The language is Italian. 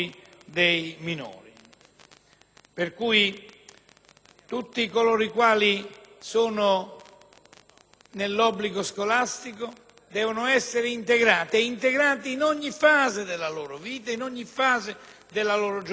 ragione, tutti coloro i quali sono nell'obbligo scolastico devono essere integrati in ogni fase della loro vita e della loro giornata, non solo nella scuola